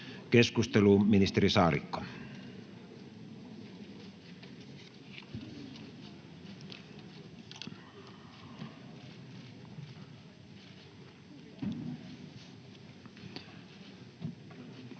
Keskusteluun, ministeri Saarikko.